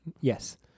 Yes